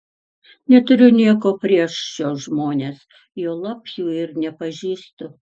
neturiu nieko prieš šiuos žmones juolab jų ir nepažįstu